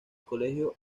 colegio